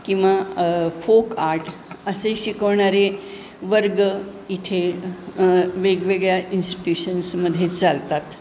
किंवा folk art असे शिकवणारे वर्ग इथे वेगवेगळ्या इन्स्टट्युशन्समध्ये चालतात